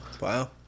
wow